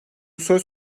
söz